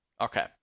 okay